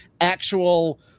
actual